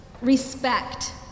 respect